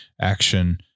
action